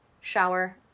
shower